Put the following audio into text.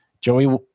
Joey